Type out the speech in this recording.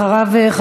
אחריו,